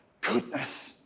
goodness